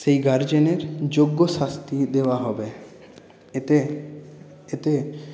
সেই গার্জেনের যোগ্য শাস্তি দেওয়া হবে এতে এতে